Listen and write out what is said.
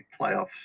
playoffs